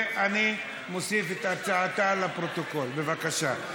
אני מוסיף את הצבעתה לפרוטוקול, בבקשה.